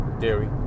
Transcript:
dairy